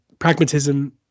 pragmatism